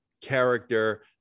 character